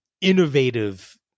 innovative